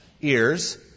ears